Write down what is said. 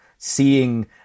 Seeing